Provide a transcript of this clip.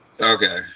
Okay